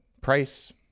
price